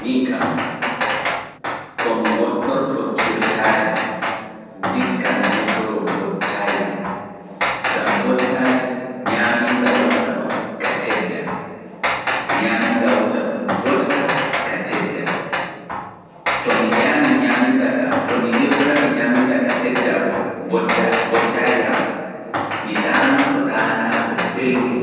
Miin kam, ko mi wattorto kirtaari ndikka mi hirtoroo mbottaari am, ngam mbottaari ñaaminda wonta ɗon ka tedda, ñaaminda wonta ɗon botka ka tedda bo mbottaari am mi ɗaanoto ɗaanagol belngol,